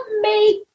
make